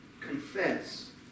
Confess